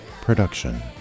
production